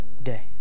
day